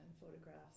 photographs